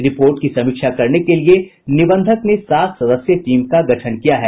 report की समीक्षा करने के लिए निबंधक ने सात सदस्यीय टीम का गठन किया है